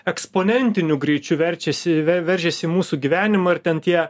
eksponentiniu greičiu verčiasi ve veržiasi į mūsų gyvenimą ir ten tie